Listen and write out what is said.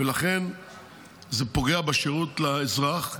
ולכן זה פוגע בשירות לאזרח.